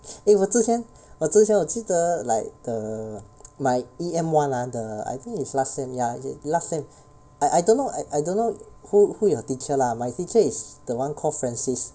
eh 我之前我之前我记得 like the my E_M one ah the I think is last sem ya last sem I I dunno I I dunno who who your teacher lah my teacher is the one call francis